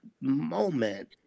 moment